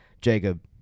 Jacob